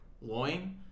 loin